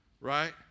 right